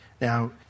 Now